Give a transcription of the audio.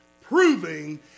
Proving